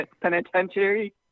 penitentiary